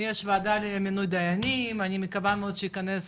יש וועדה למינוי דיינים, אני מקווה מאוד שייכנס